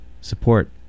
Support